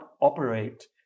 operate